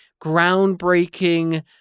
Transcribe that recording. groundbreaking